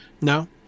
No